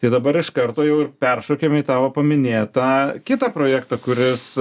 tai dabar iš karto jau ir peršokim į tavo paminėtą kitą projektą kuris